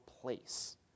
place